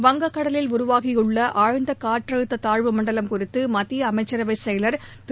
வங்கக்கடலில் உருவாகியுள்ள ஆழ்ந்த காற்றழுத்த தாழ்வு மண்டலம் குறித்து மத்திய அமைச்சரவை செயலர் திரு